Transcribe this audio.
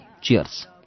Cheers